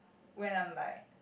when I'm like